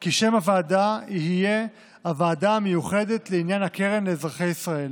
כי שם הוועדה יהיה הוועדה המיוחדת לעניין הקרן לאזרחי ישראל.